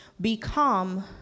become